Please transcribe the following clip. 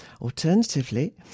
Alternatively